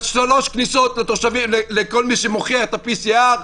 ושלוש כניסות לכל מי שמוכיח את ה-PCR,